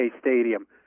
Stadium